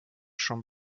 schon